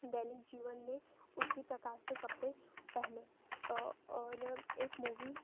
दैनिक जीवन में उसी प्रकार से कपड़े पहने और एक मूवी